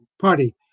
Party